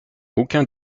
aucun